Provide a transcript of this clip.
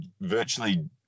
virtually